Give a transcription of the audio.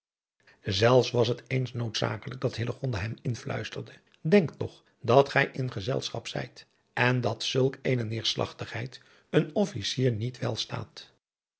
zelfs was het eens noodzakelijk dat hillegonda hem influisterde denk toch dat gij in gezelschap zijt en dat zulk eene neerslagtigheid een officier niet wel staat